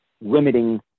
limiting